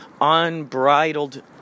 Unbridled